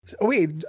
Wait